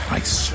ice